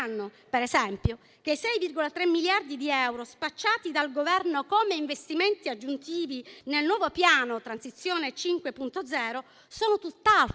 per esempio, che 6,3 miliardi di euro spacciati dal Governo come investimenti aggiuntivi nel nuovo piano Transizione 5.0 sono tutt'altro